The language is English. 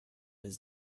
his